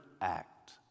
act